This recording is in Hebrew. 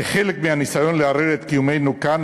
כחלק מהניסיון לערער את קיומנו כאן,